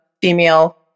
female